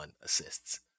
assists